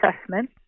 assessment